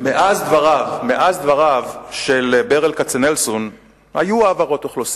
מאז דבריו של ברל כצנלסון היו העברות אוכלוסין,